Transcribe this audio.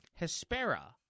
Hespera